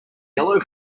yellow